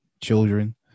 children